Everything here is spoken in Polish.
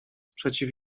przeciw